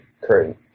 current